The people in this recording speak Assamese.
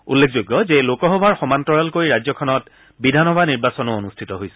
উল্লেখযোগ্য যে লোকসভাৰ সমান্তৰালকৈ ৰাজ্যখনত বিধানসভা নিৰ্বাচনো অনুষ্ঠিত হৈছিল